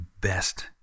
best